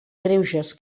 greuges